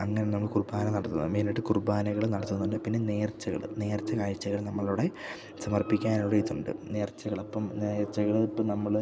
അങ്ങനെ നമ്മൾ കുർബാന നടത്തുന്നു മെയിനായിട്ട് കുർബാനകൾ നടത്തുന്നുണ്ട് പിന്നെ നേർച്ചകൾ നേർച്ച കാഴ്ചകൾ നമ്മളുടെ സമർപ്പിക്കാനുള്ള ഇതുണ്ട് നേർച്ചകളപ്പം നേർച്ചകളിപ്പം നമ്മൾ